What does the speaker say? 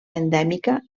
endèmica